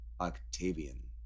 Octavian